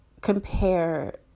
compare